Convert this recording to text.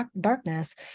darkness